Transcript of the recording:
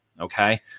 okay